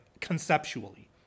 conceptually